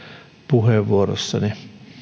puheenvuorossani